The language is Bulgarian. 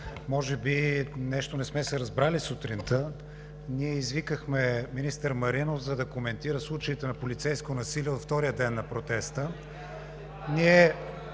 Може би нещо не сме се разбрали сутринта. Ние извикахме министър Маринов, за да коментира случаите на полицейско насилие от втория ден на протеста.